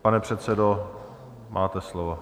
Pane předsedo, máte slovo.